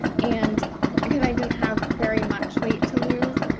and again, i didn't have very much weight to lose.